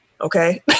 okay